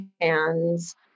hands